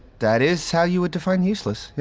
that is how you would define useless.